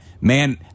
man